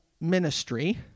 ministry